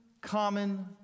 common